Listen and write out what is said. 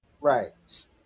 Right